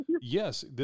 yes